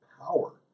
power